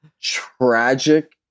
tragic